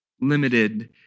limited